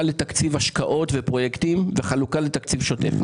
לתקציב השקעות ופרויקטים וחלוקה לתקציב שוטף.